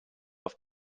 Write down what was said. auf